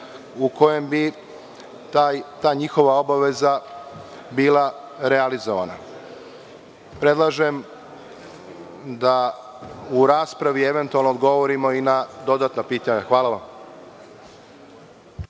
u kojem bi ta njihova obaveza bila realizovana. Predlažem da u raspravi eventualno odgovorima i na dodatna pitanja. Hvala.